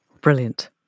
Brilliant